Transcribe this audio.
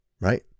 Right